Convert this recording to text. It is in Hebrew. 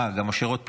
גם משה רוט פה?